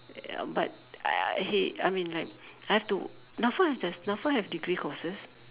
ya but I he I mean like have to Nafa does Nafa have degree courses